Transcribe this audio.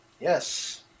Yes